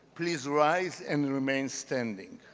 please rise and remain standing.